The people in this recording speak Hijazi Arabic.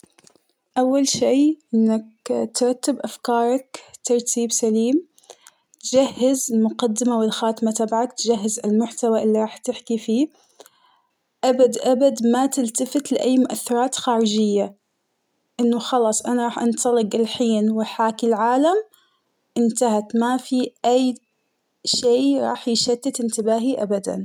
أول شيء إنك ترتب أفكارك ترتيب سليم ،تجهز المقدمة والخاتمة تبعك ،تجهز المحتوى اللي راح تحكي فيه ،أبد أبد ما تلتفت لأي مؤثرات خارجية ، إنه خلاص أنا راح أنطلق الحين وحاكي العالم انتهت ،ما في أي شيء راح يشتت انتباهي أبدا.